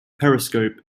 periscope